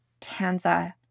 Tanza